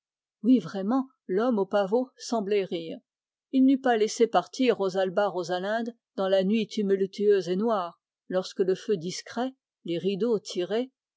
oui vraiment l'homme aux pavots semblait rire certes il n'eût pas laissé partir rosalba rosalinde dans la nuit tumultueuse et noire lorsque le feu discret les rideaux tirés